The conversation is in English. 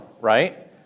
right